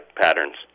patterns